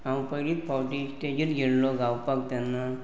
हांव पयलींत फावटी स्टेजीर गेल्लो गावपाक तेन्ना